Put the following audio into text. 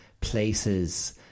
places